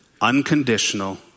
unconditional